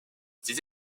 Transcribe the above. ces